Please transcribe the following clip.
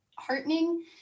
heartening